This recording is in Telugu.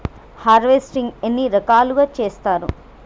హార్వెస్టింగ్ ఎన్ని రకాలుగా చేస్తరు?